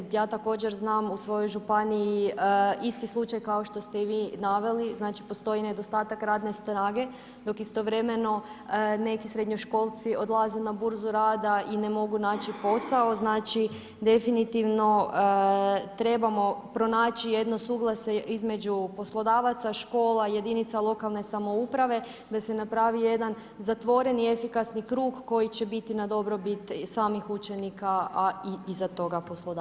Ja također znam u svojoj županiji, isti slučaj kao što ste i vi naveli, znači postoji nedostatak radne snage, dok istovremeno neki srednjoškolci odlaze na burzu i ne mogu naći posao, znači, definitivno trebamo pronaći jedno suglasje između poslodavaca, škola jedinica lokalne samouprave, da se napravi jedan zatvoreni efikasni krug koji će biti na dobrobit samih učenika a iza toga poslodavac.